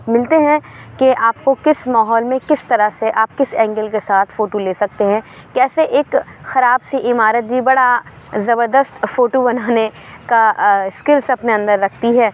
ملتے ہیں کہ آپ کو کس ماحول میں کس طرح سے آپ کس اینگل کے ساتھ فوٹو لے سکتے ہیں کیسے ایک خراب سی عمارت یہ بڑا زبردست فوٹو بنانے کا اسکلس اپنے اندر رکھتی ہے